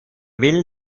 will